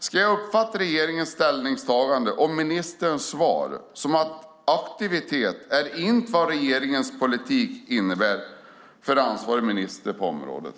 Ska jag uppfatta regeringens ställningstagande och ministerns svar som att aktivitet inte är vad regeringens politik innebär för ansvarig minister på området?